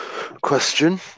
question